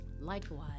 Likewise